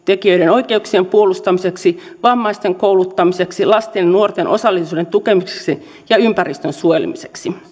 oikeuksien puolustamiseksi vammaisten kouluttamiseksi lasten ja nuorten osallisuuden tukemiseksi ja ympäristön suojelemiseksi